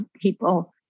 people